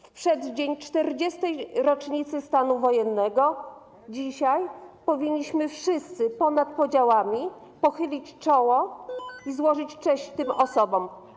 W przeddzień 40. rocznicy stanu wojennego, dzisiaj, powinniśmy wszyscy ponad podziałami pochylić czoło i złożyć cześć tym osobom.